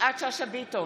יפעת שאשא ביטון,